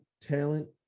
talent